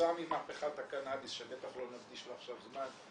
--- כתוצאה ממהפכת הקנאביס שבטח לא נקדיש לה עכשיו זמן,